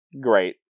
Great